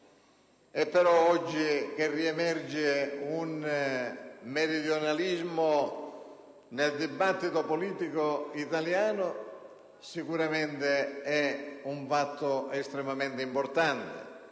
Oggi, il riemergere del meridionalismo nel dibattito politico italiano è sicuramente un fatto estremamente importante,